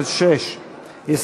06,